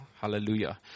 Hallelujah